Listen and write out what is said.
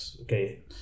okay